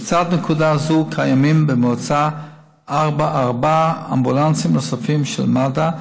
לצד נקודה זו קיימים במועצה ארבעה אמבולנסים נוספים של מד"א,